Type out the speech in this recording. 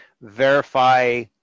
verify